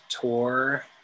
tour